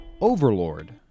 Overlord